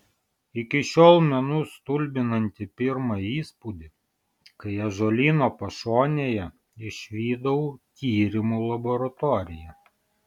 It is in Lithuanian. iki šiol menu stulbinantį pirmą įspūdį kai ąžuolyno pašonėje išvydau tyrimų laboratoriją